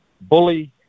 bully